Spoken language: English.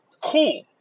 Cool